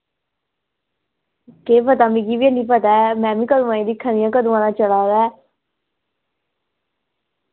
केह् पता मिगी बी हैनी पता ऐ मैं बी कदूं आं दी दिक्खा दी ऐं कदूं आं दा चला दा ऐ